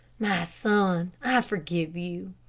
my son, i forgive you,